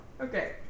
Okay